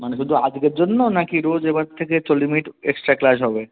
মানে শুধু আজকের জন্য নাকি রোজ এবার থেকে চল্লিশ মিনিট এক্সট্রা ক্লাস হবে